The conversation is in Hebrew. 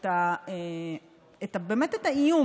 האיום.